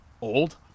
old